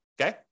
Okay